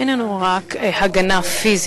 זה אינו רק הגנה פיזית,